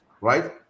right